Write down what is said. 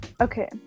Okay